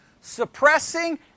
Suppressing